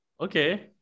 Okay